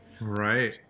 Right